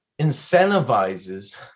incentivizes